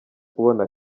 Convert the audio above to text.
kubona